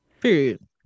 Period